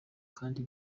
kdi